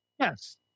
yes